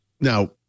Now